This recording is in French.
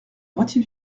moitié